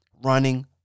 running